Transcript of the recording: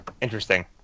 Interesting